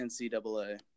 NCAA